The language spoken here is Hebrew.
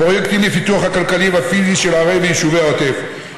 פרויקטים לפיתוח הכלכלי והפיזי של ערי ויישובי העוטף,